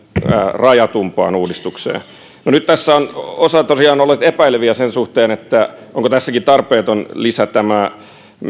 rajatumpaan uudistukseen no nyt tässä tosiaan osa on ollut epäileviä sen suhteen onko tarpeeton lisä tämä